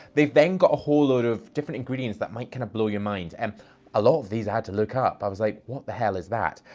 they've then got a whole load of different ingredients that might kind of blow your mind. and a lot of these i had to look up, i was like, what the hell is that?